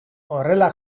horrela